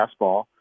fastball